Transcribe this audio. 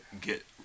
get